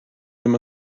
ddim